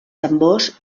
tambors